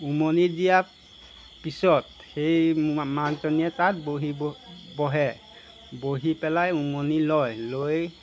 উমনি দিয়াৰ পিছত সেই মাকজনীয়ে তাত বহিব বহে বহি পেলাই উমনি লয় লৈ